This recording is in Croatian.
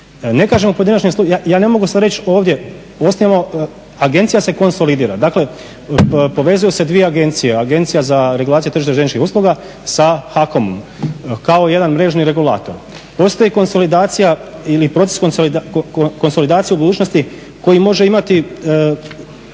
Ne kažem o pojedinačnim slučajevima, ja ne mogu sad reći ovdje osnivamo, agencija se konsolidira. Dakle, povezuju se dvije agencije, Agencija za regulaciju tržišta željezničkih usluga sa HAKOM-om kao jedan mrežni regulator. Postoji konsolidacija ili proces konsolidacije u budućnosti koji može imati